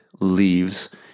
leaves